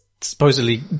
supposedly